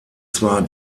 zwar